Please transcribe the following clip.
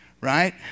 Right